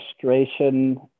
frustration